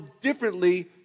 differently